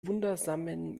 wundersamen